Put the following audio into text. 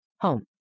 Home